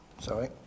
Sorry